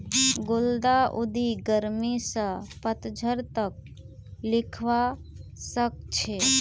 गुलदाउदी गर्मी स पतझड़ तक खिलवा सखछे